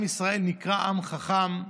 עם ישראל נקרא עם חכם,